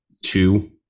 two